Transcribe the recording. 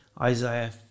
Isaiah